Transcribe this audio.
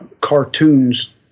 cartoons